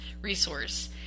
resource